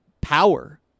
power